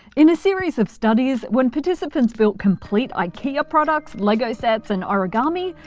in a series of studies, when participants built complete ikea products, lego sets and origami,